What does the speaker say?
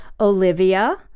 Olivia